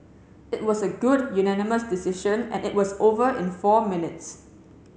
it was a good unanimous decision and it was over in four minutes